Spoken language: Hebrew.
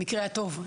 במקרה הטוב,